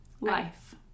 Life